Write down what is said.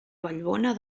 vallbona